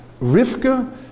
Rivka